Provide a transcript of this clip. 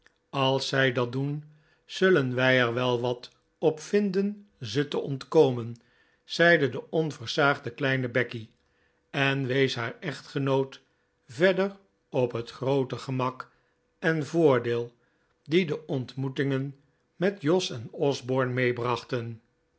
als zij dat doen zullen wij er wel wat op vinden ze te ontkomen zeide de onversaagde kleine becky en wees haar echtgenoot verder op het groote gemak en voordeel die de ontmoetingen met jos en osborne